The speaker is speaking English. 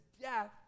death